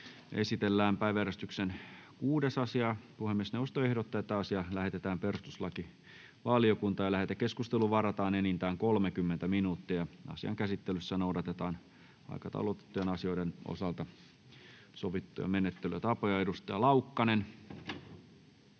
esitellään päiväjärjestyksen 6. asia. Puhemiesneuvosto ehdottaa, että asia lähetetään perustuslakivaliokuntaan. Lähetekeskusteluun varataan enintään 30 minuuttia. Asian käsittelyssä noudatetaan aikataulutettujen asioiden osalta sovittuja menettelytapoja. — Edustaja Lindén.